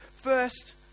first